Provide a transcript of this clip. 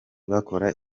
bakora